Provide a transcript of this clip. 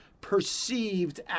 perceived